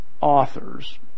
authors